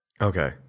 Okay